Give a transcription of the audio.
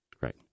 Right